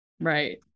Right